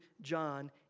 John